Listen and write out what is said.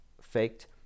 faked